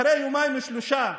אחרי יומיים-שלושה,